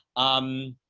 um,